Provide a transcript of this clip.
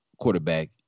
quarterback